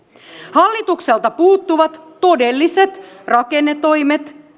hallitukselta puuttuvat todelliset rakennetoimet